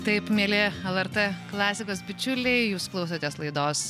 taip mieli lrt klasikos bičiuliai jūs klausotės laidos